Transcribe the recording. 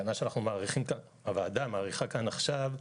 התקנה שהוועדה מאריכה כאן עכשיו,